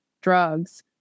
drugs